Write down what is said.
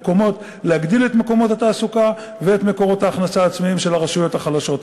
להגדיל את מקומות התעסוקה ואת מקורות ההכנסה העצמיים של הרשויות החלשות.